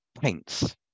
paints